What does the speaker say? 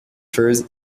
furs